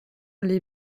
les